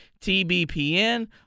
TBPN